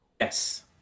Yes